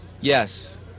Yes